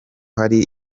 hari